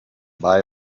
buy